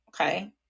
okay